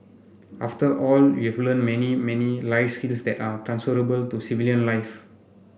after all you've learnt many many life that are transferable to civilian life